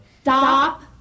Stop